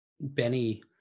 Benny